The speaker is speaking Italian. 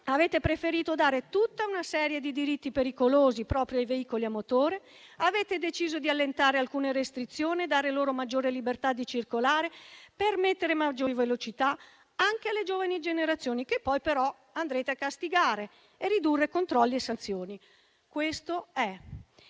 avete preferito dare tutta una serie di diritti pericolosi proprio ai veicoli a motore. Avete deciso di allentare alcune restrizioni e dare loro maggiore libertà di circolare, permettendo maggiore velocità anche alle giovani generazioni, che poi però andrete a castigare, e riducendo controlli e sanzioni. Ieri, in